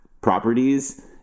properties